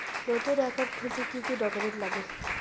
নতুন একাউন্ট খুলতে কি কি ডকুমেন্ট লাগে?